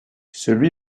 celui